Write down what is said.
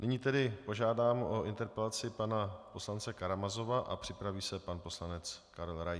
Nyní tedy požádám o interpelaci pana poslance Karamazova a připraví se pan poslanec Karel Rais.